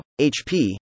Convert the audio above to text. HP